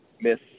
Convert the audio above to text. miss